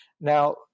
Now